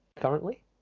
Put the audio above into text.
currently